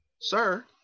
Sir